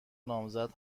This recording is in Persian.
نامزد